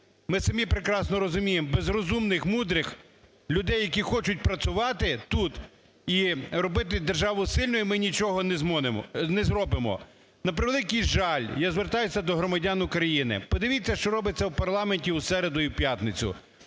Ми самі прекрасно розуміємо, безрозумних, мудрих людей, які хочуть працювати тут, і робити державу сильною, ми нічого не зробимо. На превеликий жаль, я звертаюся до громадян України. Подивіться, що робиться в парламенті у середу і в п'ятницю.